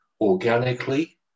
organically